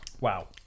Wow